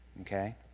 okay